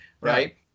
right